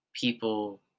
people